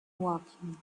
woking